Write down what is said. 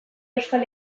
euskal